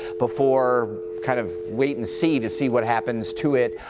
before kind of wait and see to see what happens to it,